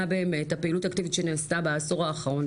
באמת הפעילות האקטיבית שנעשתה בעשור האחרון,